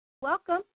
Welcome